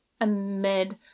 amid